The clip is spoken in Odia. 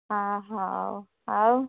ହଁ ହଉ ଆଉ